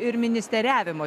ir ministerevimo